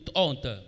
honte